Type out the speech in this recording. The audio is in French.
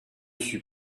suis